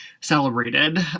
celebrated